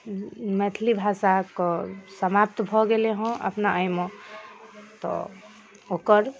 मैथिली भाषाके समाप्त भऽ गेलै हँ अपना अइ मे तऽ ओकर